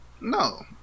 No